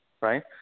right